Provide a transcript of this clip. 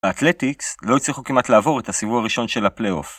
האטלטיקסט, לא הצליחו כמעט לעבור את הסיבוב הראשון של הפלייאוף.